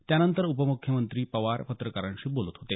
त्यानंतर उपमुख्यमंत्री पवार पत्रकारांशी बोलत होते